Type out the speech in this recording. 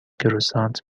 کروسانت